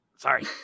Sorry